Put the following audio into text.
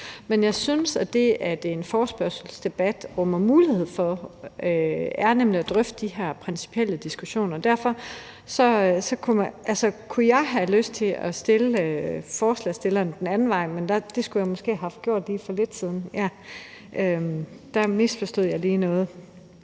konklusioner. Og det, som en forespørgselsdebat rummer mulighed for, er at have de her principielle diskussioner, og derfor kunne jeg have lyst til at stille et spørgsmål til forespørgerne den anden vej – men det skulle jeg måske have gjort for lidt siden. Ja, det skulle jeg,